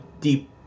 deep